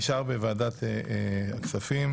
הדיון נשאר בוועדת הכספים.